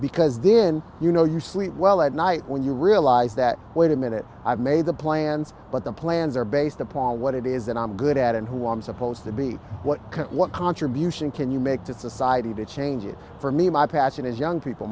because then you know you sleep well at night when you realize that wait a minute i've made the plans but the plans are based upon what it is that i'm good at and who i'm supposed to be what what contribution can you make to society to change it for me my passion is young people